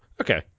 okay